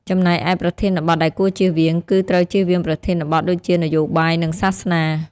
ចំណែកឯ ប្រធានបទដែលគួរជៀសវាង គឺត្រូវជៀសវាងប្រធានបទ ដូចជា នយោបាយ និងសាសនា ។